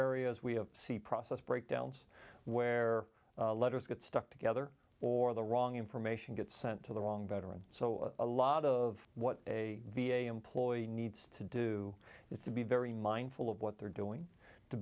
areas we have see process breakdowns where letters get stuck together or the wrong information gets sent to the wrong veteran so a lot of what a v a employee needs to do is to be very mindful of what they're doing to